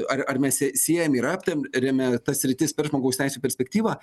ar ar mes jas siejam ir aptariam riame tas sritis per žmogaus teisių perspektyvą